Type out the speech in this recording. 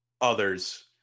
others